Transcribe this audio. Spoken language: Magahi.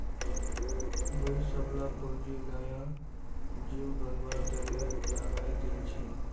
मुई सबला पूंजी नया जिम बनवार तने लगइ दील छि